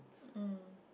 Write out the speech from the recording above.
mm